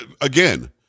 again